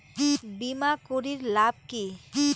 বিমা করির লাভ কি?